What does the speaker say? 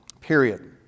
period